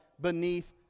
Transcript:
beneath